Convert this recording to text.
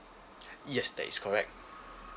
yes that is correct